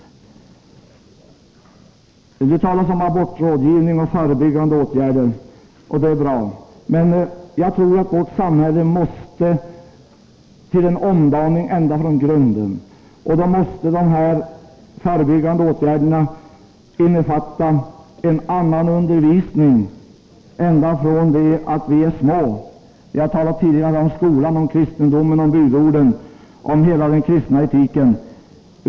Det talas i detta sammanhang om abortrådgivning och förebyggande åtgärder, och det är bra, men jag tror att vårt samhälle måste genomgå en omdaning ända från grunden. De förebyggande åtgärderna måste därvid omfatta en annan undervisning ända från barndomen. Jag talade tidigare om skolan, om kristendomen, om budorden och om hela den kristna etiken.